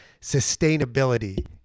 sustainability